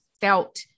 felt